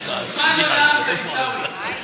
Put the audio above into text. מזמן לא נאמת, עיסאווי.